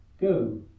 Go